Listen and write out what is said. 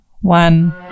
one